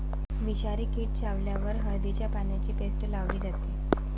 विषारी कीटक चावल्यावर हळदीच्या पानांची पेस्ट लावली जाते